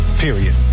Period